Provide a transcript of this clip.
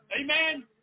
Amen